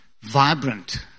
vibrant